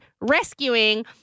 rescuing